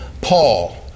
Paul